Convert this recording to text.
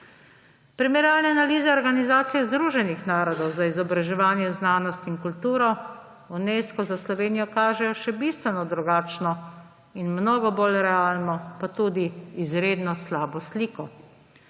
Primerjalne analize Organizacije združenih narodov za izobraževanje, znanost in šport Unesca za Slovenijo kažejo še bistveno drugačno in mnogo bolj realno, pa tudi izredno slabo sliko.